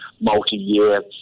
multi-year